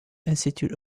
institute